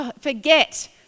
forget